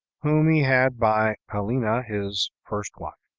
whom he had by pelina his first wife.